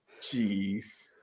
Jeez